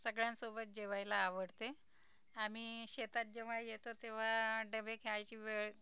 सगळ्यांसोबत जेवायला आवडते आम्ही शेतात जेव्हा येतो तेव्हा डबे खेळायची वेळ